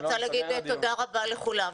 אני רוצה להגיד תודה רבה לכולם,